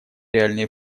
реальные